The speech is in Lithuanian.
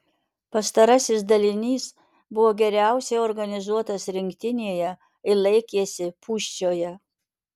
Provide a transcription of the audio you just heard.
pastarasis dalinys buvo geriausiai organizuotas rinktinėje ir laikėsi pūščioje